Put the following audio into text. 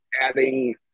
adding